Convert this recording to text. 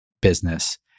business